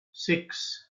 six